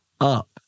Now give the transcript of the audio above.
up